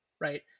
right